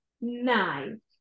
Nine